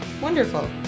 wonderful